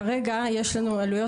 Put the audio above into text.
כרגע יש לנו עלויות,